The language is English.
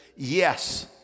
Yes